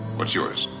what's yours?